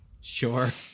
Sure